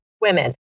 women